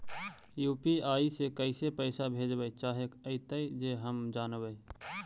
UPI से कैसे पैसा भेजबय चाहें अइतय जे हम जानबय?